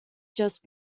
just